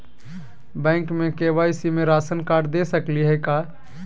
Bank में KYC में ration card दे सकली हई का?